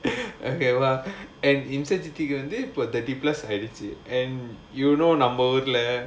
okay well and இம்சசித்திக்கு வந்து இப்போ:imsachithikku vandhu ippo for thirty plus ஆயிடுச்சு:aayiduchu and you know நம்ம ஊர்ல:namma oorla